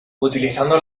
utilizando